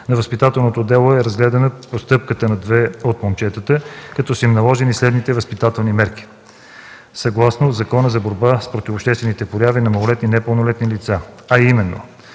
На възпитателното дело е разгледана постъпката на две от момчетата, като са им наложени следните възпитателни мерки съгласно Закона за борба с противообществените прояви на малолетни и непълнолетни лица, а именно: